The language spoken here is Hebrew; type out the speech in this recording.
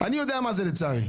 אני יודע מה זה, לצערי.